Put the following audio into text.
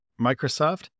Microsoft